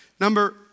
Number